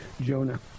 Jonah